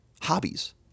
Hobbies